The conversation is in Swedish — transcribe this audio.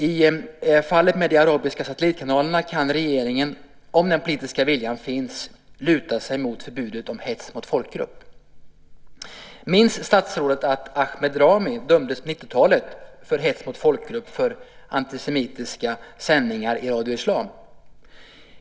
I fallet med de arabiska satellitkanalerna kan regeringen, om den politiska viljan finns, luta sig mot förbudet mot hets mot folkgrupp. Minns statsrådet att Ahmed Rami på 90-talet dömdes för hets mot folkgrupp på grund av antisemitiska sändningar i Radio Islam?